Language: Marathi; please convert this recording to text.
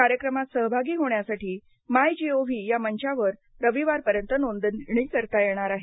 कार्यक्रमात सहभागी होण्यासाठी मायजीओव्ही या मंचावर रविवारपर्यंत नोंदणी करता येणार आहे